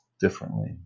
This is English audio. differently